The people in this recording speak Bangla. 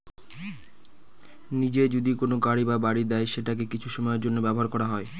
নিজে যদি কোনো গাড়ি বা বাড়ি দেয় সেটাকে কিছু সময়ের জন্য ব্যবহার করা হয়